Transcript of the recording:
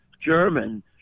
German